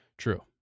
True